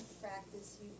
practice